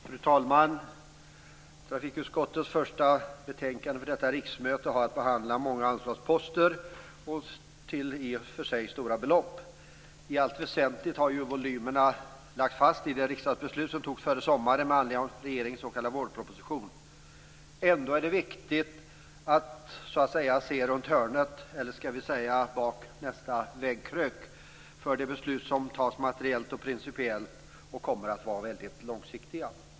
Fru talman! Trafikutskottets första betänkande för detta riksmöte har att behandla många anslagsposter till i och för sig stora belopp. I allt väsentligt har volymerna lagts fast i det riksdagsbeslut som fattades före sommaren med anledning av regeringens s.k. vårproposition. Ändå är det viktigt att se runt hörnet, eller bak nästa vägkrök, för de beslut som fattas materiellt och principiellt och kommer att vara långsiktiga.